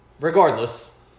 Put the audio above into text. Regardless